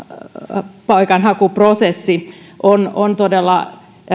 turvapaikanhakuprosessi on on todella